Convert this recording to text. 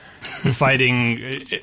fighting